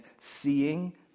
seeing